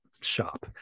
shop